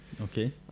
Okay